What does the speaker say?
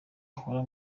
ahora